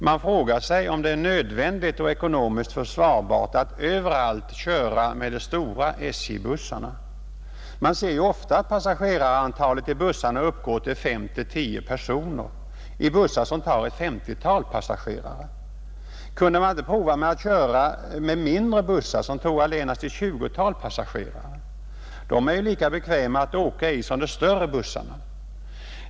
Man frågar sig om det är nödvändigt och ekonomiskt försvarbart att överallt köra med de stora SJ-bussarna. Man ser ju ofta att passagerarantalet uppgår till 5—10 personer i bussar som tar ett 50-tal Nr 81 passagerare. Kunde man inte prova med att köra med mindre bussar som Måndagen den tog allenast ett 20-tal passagerare? De är ju lika bekväma att åka i som de 10 maj 1971 större bussarna.